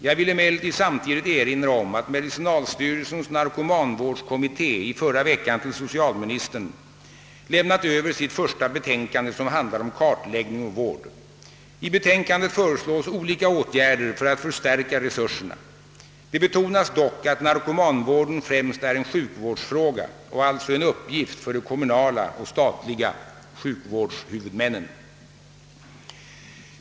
Jag vill emellertid samtidigt erinra om att medicinalstyrelsens narkomanvårdskommitté i förra veckan till socialministern lämnat över sitt första betänkande, som handlar om kartläggning och vård. I betänkandet föreslås olika åtgärder för att förstärka resurserna. Det betonas dock att narkomanvården främst är en sjukvårdsfråga och alltså en uppgift för de kommunala och statliga sjukvårdshuvudmännen.